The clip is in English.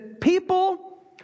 people